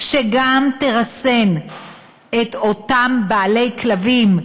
שגם תרסן את אותם בעלי כלבים,